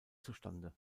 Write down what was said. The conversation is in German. zustande